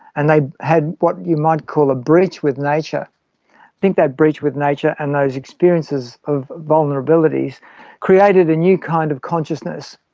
and they had what you might call a breach with nature. i think that breach with nature and those experiences of vulnerabilities created a new kind of consciousness.